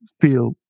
feel